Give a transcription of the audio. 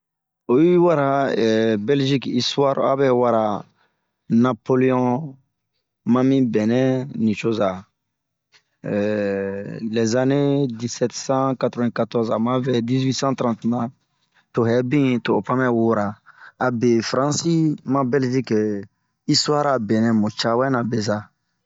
Oyi wara bɛlgik istuare aoyi bɛ, wara Napoliɔn ma mi bɛnɛ nicoza, ɛɛɛh lɛ zane disɛtsan katorovɛnkatorze ama vɛɛ diziwitesan tarante na to hɛbin to o pan bɛ wura, abe faransi ma bɛlzike istuare a benɛ mu ca wɛna beza.